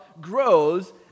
grows